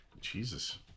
Jesus